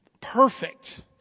perfect